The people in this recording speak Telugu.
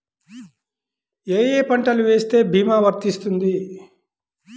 ఏ ఏ పంటలు వేస్తే భీమా వర్తిస్తుంది?